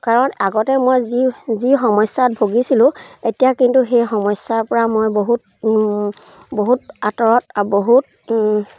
কাৰণ আগতে মই যি যি সমস্যাত ভুগিছিলোঁ এতিয়া কিন্তু সেই সমস্যাৰ পৰা মই বহুত বহুত আঁতৰত বহুত